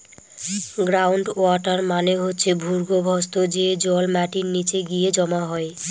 ground water মানে হচ্ছে ভূর্গভস্ত, যে জল মাটির নিচে গিয়ে জমা হয়